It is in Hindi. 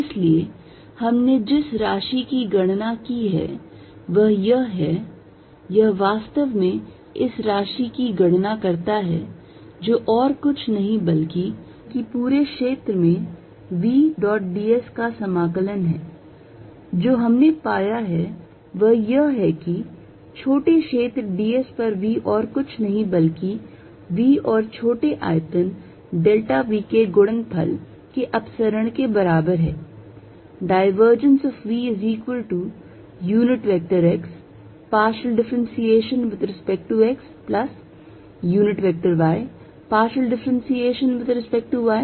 इसलिए हमने जिस राशि की गणना की है वह यह है यह वास्तव में इस राशि की गणना करता है जो और कुछ नहीं बल्कि पूरे क्षेत्र में v dot ds का समाकलन है और जो हमने पाया है वह यह है कि छोटे क्षेत्र ds पर v और कुछ नहीं बल्कि v और छोटे आयतन delta v के गुणनफल के अपसरण के बराबर है